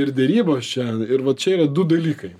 ir derybos čia ir va čia yra du dalykai